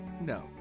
No